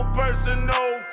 personal